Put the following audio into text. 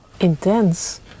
Intense